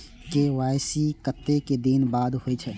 KYC कतेक दिन बाद होई छै?